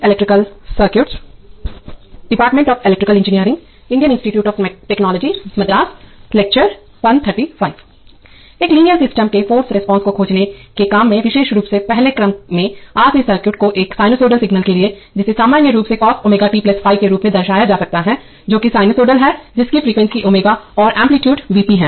एक linear system के force response को खोजने के काम में विशेष रूप से पहले क्रम में R C सर्किट को एक साइनसॉइडल सिग्नल के लिए जिसे सामान्य रूप से cos ω t 5 के रूप में दर्शाया जा सकता है जो की साइनसोइडल है जिसकी फ्रीक्वेंसी ω और एम्पलीटूडे V p है